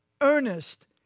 earnest